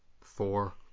four